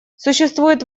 существует